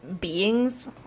beings